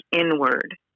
inward